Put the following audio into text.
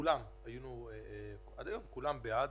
כולם עד היום כולם בעד.